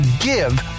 give